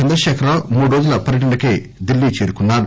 చంద్రశేఖరరావు మూడు రోజుల పర్యటనకై డిల్లీ చేరుకున్నారు